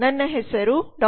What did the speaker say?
ನನ್ನ ಹೆಸರು ಡಾ